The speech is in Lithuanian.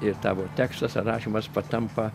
ir tavo tekstas ar rašymas patampa